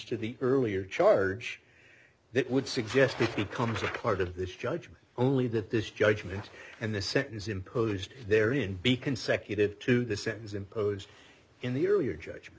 to the earlier charge that would suggest it becomes a part of this judgment only that this judgment and the sentence imposed there in be consecutive to the sentence imposed in the earlier judgment